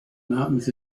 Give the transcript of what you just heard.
mountains